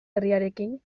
herriarekin